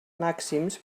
màxims